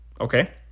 Okay